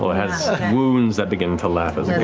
has wounds that begin to laugh as